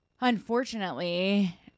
unfortunately